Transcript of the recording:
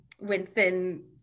Winston